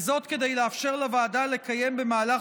וזאת כדי לאפשר לוועדה לקיים במהלך